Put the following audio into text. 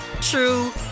true